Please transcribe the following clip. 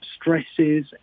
stresses